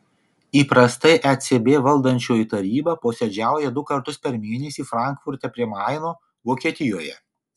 įprastai ecb valdančioji taryba posėdžiauja du kartus per mėnesį frankfurte prie maino vokietijoje